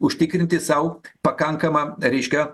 užtikrinti sau pakankamą reiškia